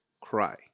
cry